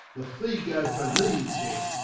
the figo for thee